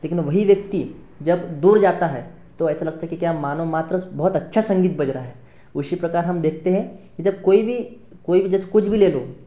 लेकिन वही व्यक्ति जब दूर जाता है तो ऐसा लगता है कि क्या मानव मात्र बहुत अच्छा संगीत बज रहा है उसी प्रकार हम देखते हैं कि जब कोई भी कोई भी जैसे कुछ भी ले लो